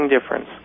difference